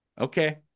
okay